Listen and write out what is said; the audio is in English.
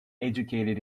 educated